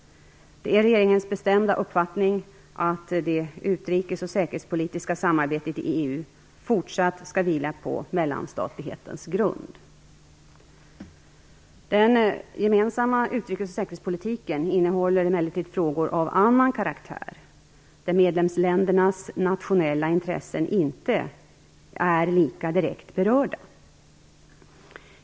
Det är regeringens bestämda uppfattning att det utrikes och säkerhetspolitiska samarbetet i EU fortsatt skall vila på mellanstatlighetens grund. Den gemensamma utrikes och säkerhetspolitiken innehåller emellertid frågor av annan karaktär, där medlemsländernas nationella intressen inte är lika direkt berörda.